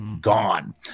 gone